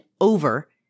over